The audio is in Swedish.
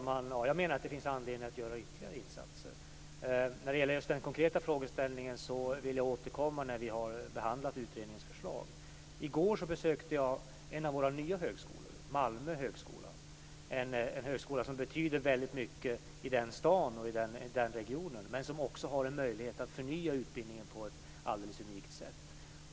Fru talman! Jag menar att det finns anledning att göra ytterligare insatser. När det gäller just den konkreta frågeställningen vill jag återkomma när vi har behandlat utredningens förslag. I går besökte jag en av våra nya högskolor, Malmö högskola. Det är en högskola som betyder väldigt mycket i den staden och i den regionen, och som även har en möjlighet att förnya utbildningen på ett alldeles unikt sätt.